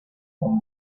con